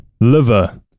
Liver